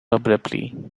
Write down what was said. abruptly